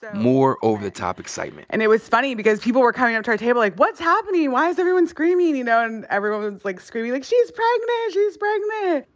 more over-the-top excitement. and it was funny because people were coming up to our table like, what's happening? why is everyone screaming? and you know, and everyone was, like, screaming, like, she's pregnant. she's pregnant.